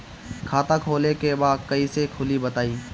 खाता खोले के बा कईसे खुली बताई?